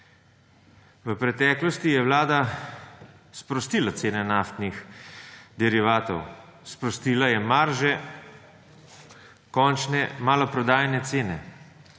V preteklosti je vlada sprostila cene naftnih derivatov, sprostila je marže končne maloprodajne cene.